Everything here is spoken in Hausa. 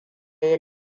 ya